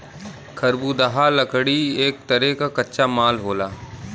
खरबुदाह लकड़ी एक तरे क कच्चा माल होला